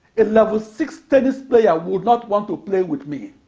a level six tennis player would not want to play with me.